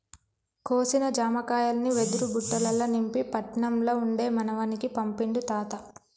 కోసిన జామకాయల్ని వెదురు బుట్టలల్ల నింపి పట్నం ల ఉండే మనవనికి పంపిండు తాత